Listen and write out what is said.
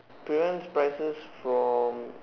prevents prices from